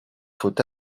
faut